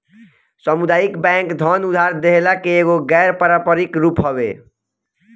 सामुदायिक बैंक धन उधार देहला के एगो गैर पारंपरिक रूप हवे